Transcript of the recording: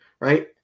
right